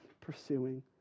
pursuing